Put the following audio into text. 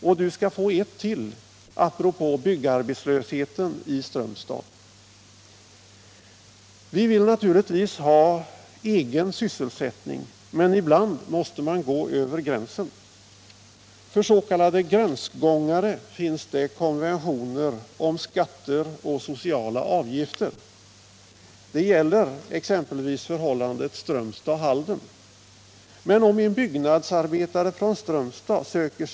Jag skall nämna ett till apropå byggarbetslösheten i Strömstad. Vi vill naturligtvis ha egen sysselsättning, men ibland måste man gå över gränsen. För s.k. gränsgångare finns konventioner om skatter och sociala avgifter. Det gäller exempelvis förhållandet Strömstad-Halden.